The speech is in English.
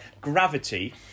Gravity